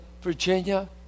Virginia